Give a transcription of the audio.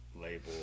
label